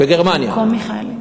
בגרמניה.